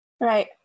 right